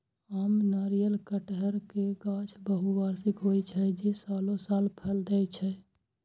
आम, नारियल, कहटर के गाछ बहुवार्षिक होइ छै, जे सालों साल फल दै छै